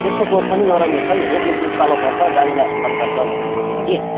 पेसोक road पनि नराम्रो छैन नि अलिकति उक्कालो पर्छ गाडीलाई हेम्पर पर्छ भनेर मात्रै कि